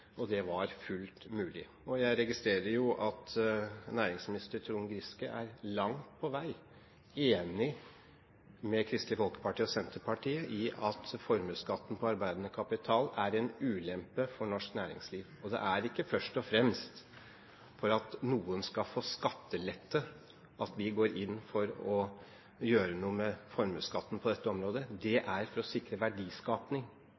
Det var fullt mulig. Jeg registrerer at næringsminister Trond Giske langt på vei er enig med Kristelig Folkeparti og Senterpartiet i at formuesskatten på arbeidende kapital er en ulempe for norsk næringsliv. Det er ikke først og fremst for at noen skal få skattelette at vi går inn for å gjøre noe med formuesskatten på dette området. Det